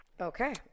Okay